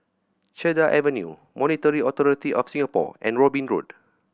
Cedar Avenue Monetary Authority Of Singapore and Robin Road